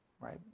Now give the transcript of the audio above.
right